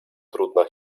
trudna